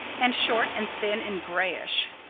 and short and thin and grayish.